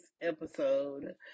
episode